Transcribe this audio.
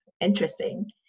interesting